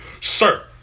Sir